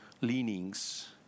leanings